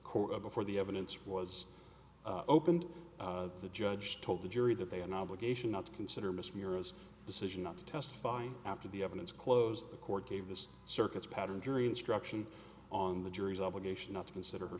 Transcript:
court before the evidence was opened the judge told the jury that they an obligation not to consider mysterious decision not to testify after the evidence closed the court gave the circuits pattern jury instruction on the jury's obligation not to consider her